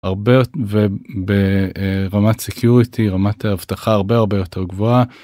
הרבה וברמת סקיוריטי רמת אבטחה הרבה הרבה יותר גבוהה.